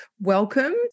welcome